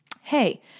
Hey